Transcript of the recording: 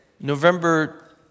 November